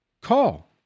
call